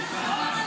להעביר